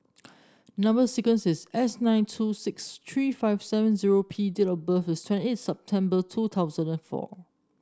number sequence is S nine two six three five seven zero P date of birth is twenty eight September two thousand and four